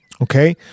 Okay